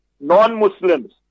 non-Muslims